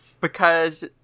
because-